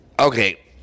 Okay